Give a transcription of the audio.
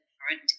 current